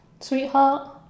sweetheart